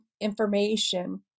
information